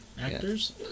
Actors